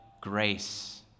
grace